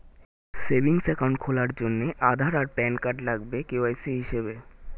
savings account খোলার জন্যে আধার আর প্যান কার্ড লাগবে কে.ওয়াই.সি হিসেবে